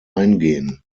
eingehen